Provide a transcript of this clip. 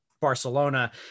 Barcelona